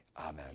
Amen